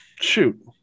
shoot